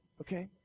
okay